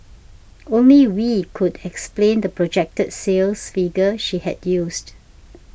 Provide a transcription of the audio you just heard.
only Wee could explain the projected sales figure she had used